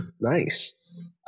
Nice